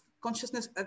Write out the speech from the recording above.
consciousness